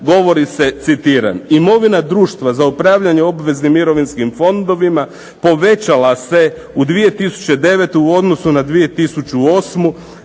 govori se citiram: imovina društva za upravljanje obveznim mirovinskim fondovima, povećala se u 2009. u odnosu na 2008.